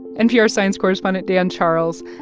npr science correspondent dan charles.